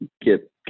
get